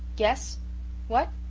yes what?